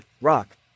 Rock